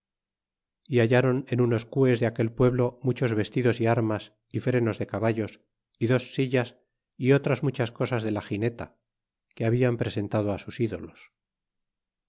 y bailaron en unos cites de aquel pueblo muchos vestidos y armas y frenos de caballos y dos sillas y otras muchas cosas de la jineta que habian presentado á sus dolos